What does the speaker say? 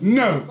no